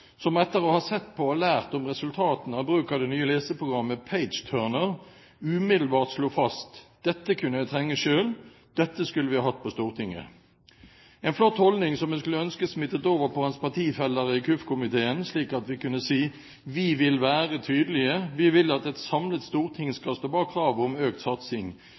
som etter å ha sett på og lært om resultatene av bruk av det nye leseprogrammet Pageturner, umiddelbart slo fast: Dette kunne jeg trenge selv, dette skulle vi hatt på Stortinget! – en flott holdning som jeg skulle ønske smittet over på hans partifeller i KUF-komiteen, slik at vi kunne si: Vi vil være tydelige, vi vil at et samlet storting skal stå bak kravet om økt satsing.